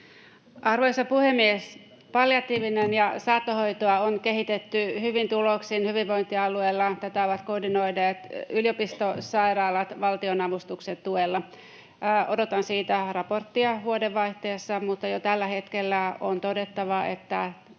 Arvoisa puhemies! Palliatiivista ja saattohoitoa on kehitetty hyvin tuloksin hyvinvointialueilla. Tätä ovat koordinoineet yliopistosairaalat valtionavustuksen tuella. Odotan siitä raporttia vuodenvaihteessa, mutta jo tällä hetkellä on todettava, että